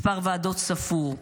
מספר ועדות ספור.